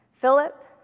Philip